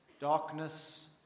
darkness